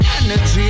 Energy